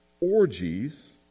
orgies